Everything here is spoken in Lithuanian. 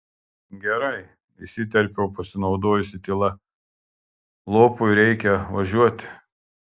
gerai įsiterpiau pasinaudojusi tyla lopui reikia važiuoti